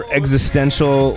existential